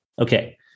Okay